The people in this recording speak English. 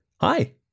Hi